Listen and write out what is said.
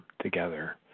together